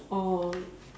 oh